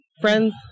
friends